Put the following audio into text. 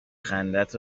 خندت